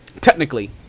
technically